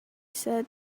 said